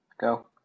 Go